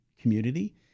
community